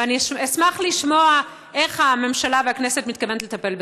ואני אשמח לשמוע איך הממשלה והכנסת מתכוונות לטפל בזה.